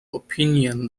opinion